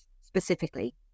specifically